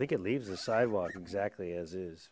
think it leaves the sidewalk exactly as is